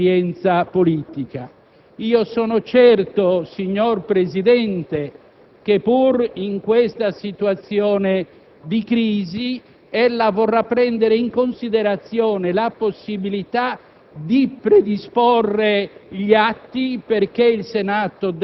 parte importante, anzi decisiva, della loro esperienza politica. Sono certo, signor Presidente che, pur in questa situazione di crisi, ella vorrà prendere in considerazione la possibilità